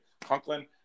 Conklin